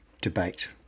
debate